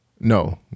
No